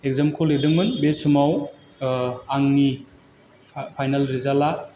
एक्जामखौ लिरदोंमोन बे समाव आंनि फाइनाल रिजाल्टआ